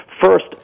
First